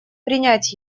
принять